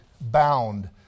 bound